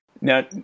Now